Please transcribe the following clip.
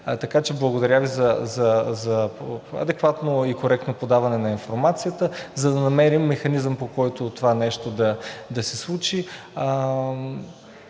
Така че благодаря Ви за адекватно и коректно подаване на информацията, за да намерим механизъм, по който това нещо да се случи.